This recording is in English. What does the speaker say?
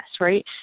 right